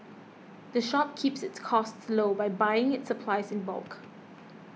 the shop keeps its costs low by buying its supplies in bulk